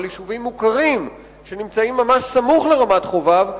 של יישובים מוכרים שנמצאים סמוך לרמת-חובב,